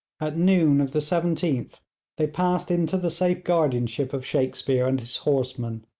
at noon of the seventeenth they passed into the safe guardianship of shakespear and his horsemen.